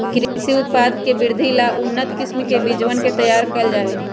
कृषि उत्पाद के वृद्धि ला उन्नत किस्म के बीजवन के तैयार कइल जाहई